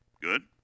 good